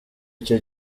icyo